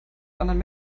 anderen